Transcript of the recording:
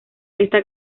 esta